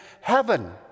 heaven